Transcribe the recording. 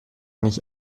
nicht